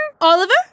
Oliver